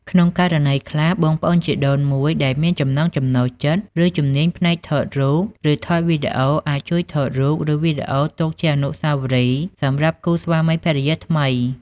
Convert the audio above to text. ក្នុងករណីខ្លះ បងប្អូនជីដូនមួយដែលមានចំណូលចិត្ត ឬ ជំនាញផ្នែកថតរូប ឬថតវីដេអូ អាចជួយថតរូប ឬវីដេអូទុកជា អនុស្សាវរីយ៍ សម្រាប់គូស្វាមីភរិយាថ្មី។